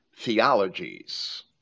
theologies